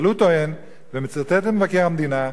אבל הוא טוען ומצטט את מבקר המדינה,